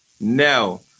no